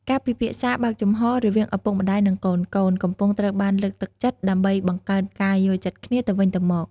ការពិភាក្សាបើកចំហររវាងឪពុកម្ដាយនិងកូនៗកំពុងត្រូវបានលើកទឹកចិត្ត ដើម្បីបង្កើតការយល់ចិត្តគ្នាទៅវិញទៅមក។